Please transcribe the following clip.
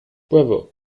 bravo